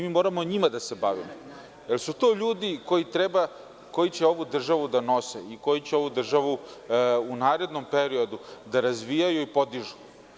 Mi moramo njima da se bavimo, jer su to ljudi koji će ovu državu da nose i koji će ovu državu u narednom periodu da razvijaju i podižu.